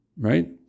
Right